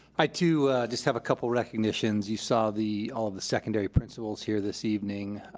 i too just have a couple recognitions, you saw the, all the secondary principals here this evening,